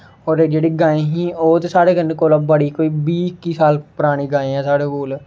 होर जेह्ड़ी गाईं ही ओह् ते साढ़े कन्नै कोला बड़ी कोई बीह् इक्की साल परानी गाएं ऐ साढ़े कोल